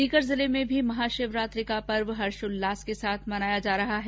सीकर जिले में भी महाशिवरात्रि का पर्व हर्षोल्लास के साथ मनाया जा रहा है